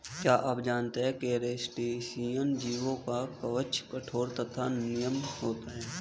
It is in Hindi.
क्या आप जानते है क्रस्टेशियन जीवों का कवच कठोर तथा नम्य होता है?